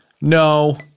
No